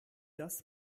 das